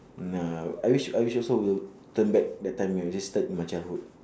now I wish I wish also we'll turn back that time we were listed in my childhood